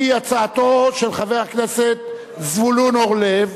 היא הצעתו של חבר הכנסת זבולון אורלב,